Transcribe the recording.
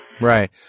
right